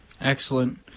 Excellent